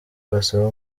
basaba